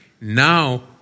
now